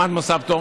למד במוסד פטור,